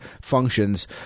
functions